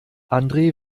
andre